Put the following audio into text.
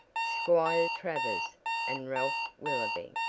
squire travers and ralph willoby.